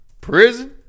prison